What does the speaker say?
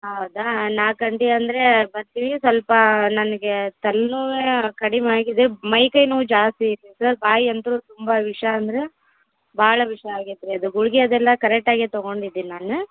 ಹೌದ ನಾಲ್ಕು ಗಂಟಿ ಅಂದರೆ ಬರ್ತಿವಿ ಸ್ವಲ್ಪ ನನಗೆ ತಲೆನೋವೇ ಕಡಿಮೆ ಆಗಿದೆ ಮೈಕೈ ನೋವು ಜಾಸ್ತಿ ಐತೆ ಸರ್ ಬಾಯಿ ಅಂತು ತುಂಬ ವಿಷ ಅಂದರೆ ಭಾಳ ವಿಷಾಗೈತೆ ರೀ ಅದು ಗುಳಿಗೆ ಅದೆಲ್ಲ ಕರೆಕ್ಟಾಗೆ ತಗೊಂಡಿದಿನಿ ನಾನು